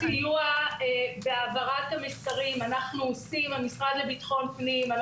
אנחנו מסייעים בהעברת המסרים כמשרד לביטחון הפנים.